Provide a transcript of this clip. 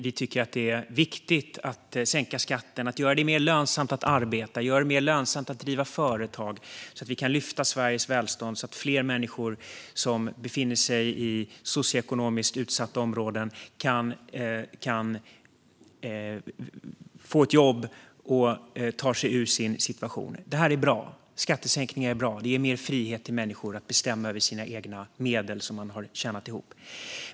Vi tycker att det är viktigt att sänka skatten och göra det mer lönsamt att arbeta och att driva företag så att vi kan lyfta Sveriges välstånd så att fler människor som befinner sig i socioekonomiskt utsatta områden kan få ett jobb och ta sig ur sin situation. Det här är bra. Skattesänkningar är bra. De ger mer frihet för människor att bestämma över sina egna medel som de har tjänat ihop.